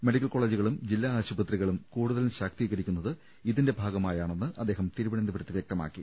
മെഡി ക്കൽ കോളേജുകളും ജില്ലാ ആശുപത്രികളും കൂടുതൽ ശാക്തീകരിക്കു ന്നത് ഇതിന്റെ ഭാഗമായാണെന്ന് അദ്ദേഹം തിരുവനന്തപുരത്ത് വ്യക്തമാ ക്കി